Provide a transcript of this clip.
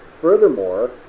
Furthermore